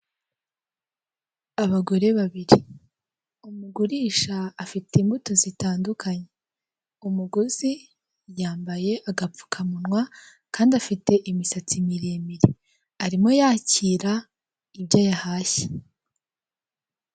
Abagore babiri : umugurisha afite imbuto zitandukanye, umuguzi yambaye agapfukamunwa kandi afite imisatsi miremire. Arimo yakira ibyo yahashye.